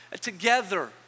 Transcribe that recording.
together